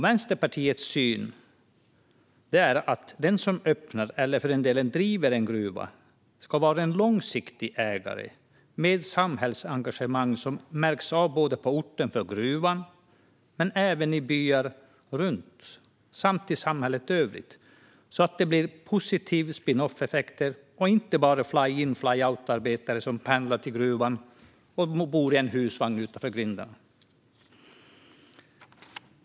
Vänsterpartiets syn är att den som öppnar eller för den delen driver en gruva ska vara en långsiktig ägare med ett samhällsengagemang som märks av både på orten för gruvan, men även i byarna runt, och i samhället i övrigt, så att det blir positiva spinoff-effekter och inte bara fly-in/fly-out-arbetare som pendlar till gruvan och bor i husvagn utanför grinden.